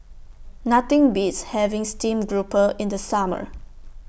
Nothing Beats having Steamed Grouper in The Summer